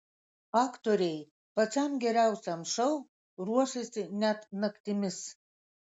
aktoriai pačiam geriausiam šou ruošėsi net naktimis